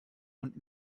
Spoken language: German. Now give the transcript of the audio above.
und